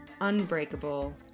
unbreakable